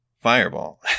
fireball